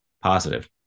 positive